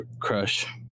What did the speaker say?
crush